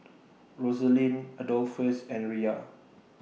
Rosaline Adolphus and Riya